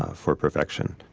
for perfection